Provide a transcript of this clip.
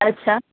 અચ્છા